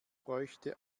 bräuchte